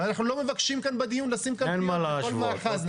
אנחנו לא מבקשים כאן בדיון לשים קלפיות בכל מאחז,